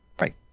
Right